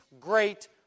great